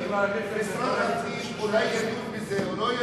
אם משרד הפנים ידון בזה או לא ידון,